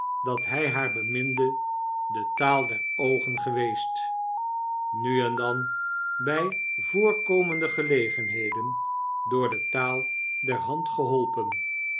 dat hg haar beminde de taal der oogen geweest nu en dan bg voorkomende gelegenheden door de taal der hand geholpen